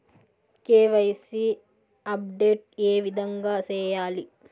KYC update ఏ విధంగా సేయాలి?